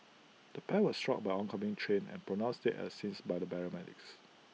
the pair were struck by oncoming train and pronounced dead at the scenes by paramedics